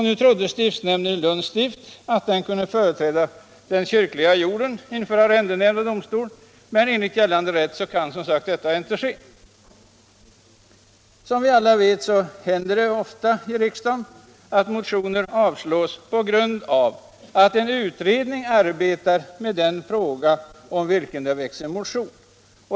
Nu trodde stiftsnämnden i Lunds stift att den kunde företräda den kyrkliga jorden inför arrendenämnd och domstol, men enligt gällande rätt kan som sagt detta inte ske. Som vi alla vet händer det ofta i riksdagen att motioner avslås på grund av att en utredning arbetar med den fråga om vilken det väcks motion.